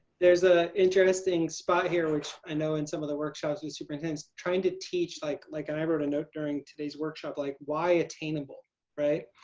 there's a interesting spot here which i know in some of the workshops who superintends. trying to teach like like i wrote a note during today's workshop like, why attainable right?